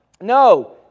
No